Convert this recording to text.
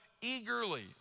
eagerly